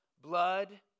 blood